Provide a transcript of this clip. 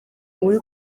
uri